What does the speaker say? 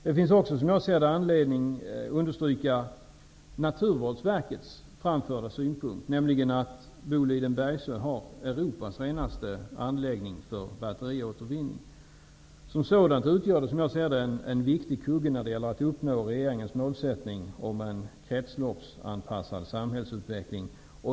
Det finns också, som jag ser det, anledning att understryka Naturvårdsverkets framförda synpunkter, nämligen att Boliden Bergsöe har Som sådan utgör den, som jag ser det, en viktig kugge när det gäller att uppnå regeringens mål om en kretsloppsanpassad samhällsutveckling.